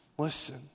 Listen